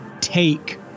take